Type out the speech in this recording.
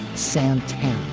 santana